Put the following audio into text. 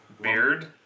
Beard